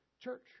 church